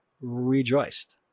rejoiced